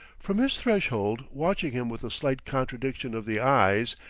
from his threshold, watching him with a slight contraction of the eyes,